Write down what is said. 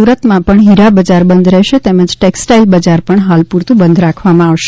સુરતમાં પણ હિરા બજાર બંધ રહેશે તેમજ ટેક્સટાઇલ બજાર પણ હાલ પૂરતું બંધ રાખવામાં આવશે